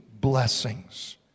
blessings